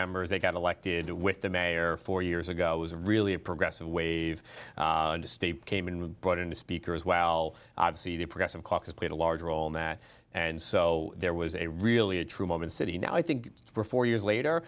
members they got elected with the mayor four years ago was really a progressive wave state came in with bought into speakers well obviously the progressive caucus played a large role in that and so there was a really a true moment city now i think for four years later